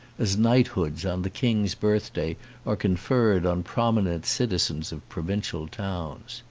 as knight hoods on the king's birthday are conferred on prominent citizens of provincial towns.